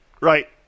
Right